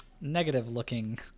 negative-looking